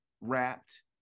wrapped